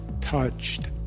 touched